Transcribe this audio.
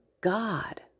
God